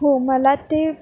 हो मला ते